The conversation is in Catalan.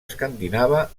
escandinava